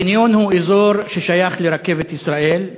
החניון הוא אזור ששייך לרכבת ישראל,